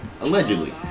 Allegedly